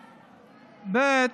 ב.